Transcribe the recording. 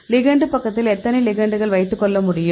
ligand பக்கத்தில் எத்தனை லிகெண்டுகள் வைத்துக் கொள்ள முடியும்